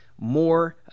more